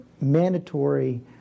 mandatory